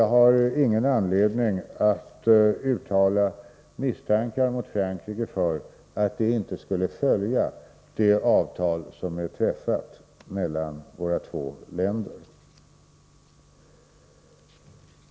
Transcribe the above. Jag har ingen anledning att uttala misstankar mot Frankrike för att det inte skulle följa det avtal som är träffat mellan våra två länder.